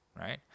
right